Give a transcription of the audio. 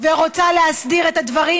ורוצה להסדיר את הדברים,